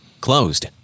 closed